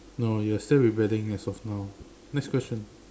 no you're still rebelling as of now next question